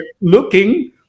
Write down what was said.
looking